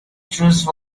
truce